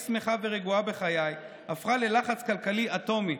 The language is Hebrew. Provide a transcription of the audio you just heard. שמחה ורגועה בחיי הפכה ללחץ כלכלי אטומי,